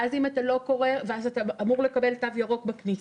ואז אתה אמור לקבל תו ירוק בכניסה.